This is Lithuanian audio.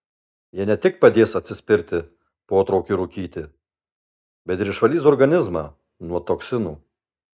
jie ne tik padės atsispirti potraukiui rūkyti bet ir išvalys organizmą nuo toksinų